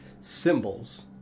symbols